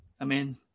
Amen